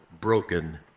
broken